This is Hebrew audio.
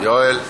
יואל.